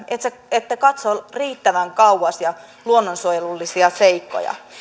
ette katso riittävän kauas ja luonnonsuojelullisia seikkoja